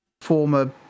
former